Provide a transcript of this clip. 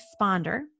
responder